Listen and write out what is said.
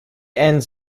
ends